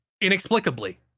Inexplicably